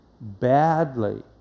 badly